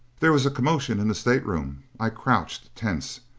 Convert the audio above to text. there was a commotion in the stateroom. i crouched, tense.